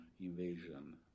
invasion